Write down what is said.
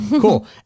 cool